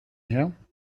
her